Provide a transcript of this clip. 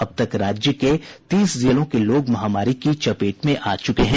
अब तक राज्य के तीस जिलों के लोग महामारी की चपेट में आ चुके हैं